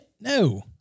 No